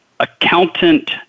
Accountant